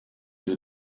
sie